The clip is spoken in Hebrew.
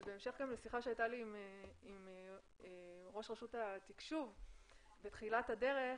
שבהמשך לשיחה שהייה לי עם ראש רשות התקשוב בתחילת הדרך,